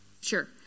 Sure